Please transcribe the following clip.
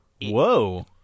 whoa